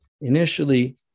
Initially